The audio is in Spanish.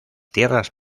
tierras